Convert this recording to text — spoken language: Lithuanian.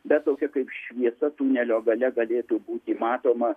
bet tokia kaip šviesa tunelio gale galėtų būti matoma